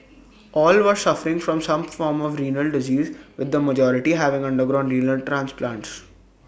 all were suffering from some form of renal disease with the majority having undergone renal transplants